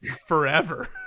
forever